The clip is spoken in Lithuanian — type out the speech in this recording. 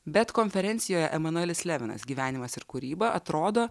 bet konferencijoje emanuelis levinas gyvenimas ir kūryba atrodo